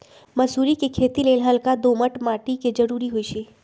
मसुरी कें खेति लेल हल्का दोमट माटी के जरूरी होइ छइ